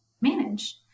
manage